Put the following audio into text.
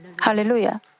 hallelujah